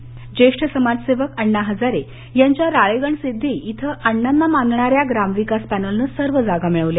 तर ज्येष्ठ समाज सेवक अण्णा हजारे यांच्या राळेगणसिद्धी इथं अण्णांना मानणाऱ्या ग्रामविकास पॅनलने सर्व जागा मिळवल्या